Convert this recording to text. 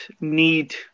need